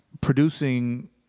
producing